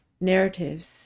narratives